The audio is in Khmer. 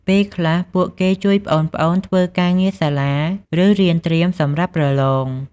ពេលខ្លះ ពួកគេជួយប្អូនៗធ្វើការងារសាលា ឬរៀនត្រៀមសម្រាប់ប្រឡង។